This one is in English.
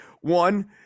one